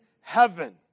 heaven